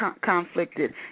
conflicted